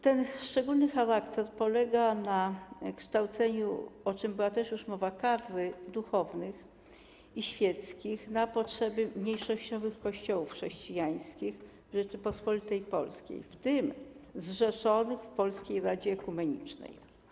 Ten szczególny charakter polega na kształceniu, o czym była też już mowa, kadry duchownych i świeckich na potrzeby mniejszościowych kościołów chrześcijańskich Rzeczypospolitej Polskiej, w tym zrzeszonych w Polskiej Radzie Ekumenicznej.